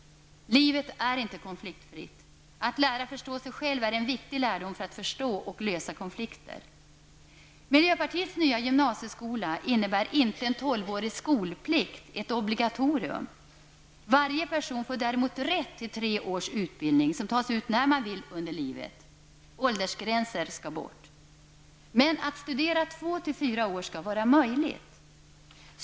Livet är inte konfliktfritt. Att lära sig att förstå sig själv är en viktig lärdom för att kunna förstå och lösa konflikter. Miljöpartiets nya gymnasieskola innebär inte en tolvårig skolplikt, ett obligatorium. Varje person får däremot rätt till tre års utbildning som kan tas ut när man vill i livet. Åldersgränserna skall bort. Att studera två till fyra år skall vara möjligt.